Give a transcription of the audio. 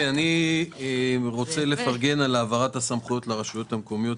אני רוצה לפרגן על העברת הסמכויות לרשויות המקומיות,